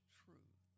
truth